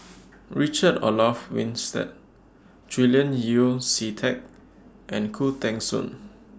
Richard Olaf Winstedt Julian Yeo See Teck and Khoo Teng Soon